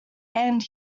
and